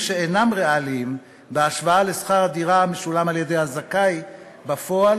שאינם ריאליים בהשוואה לשכר הדירה המשולם על-ידי הזכאי בפועל